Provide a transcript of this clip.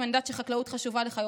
ואני יודעת שחקלאות חשובה לך,